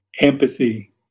empathy